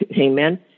Amen